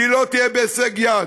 והיא לא תהיה בהישג יד.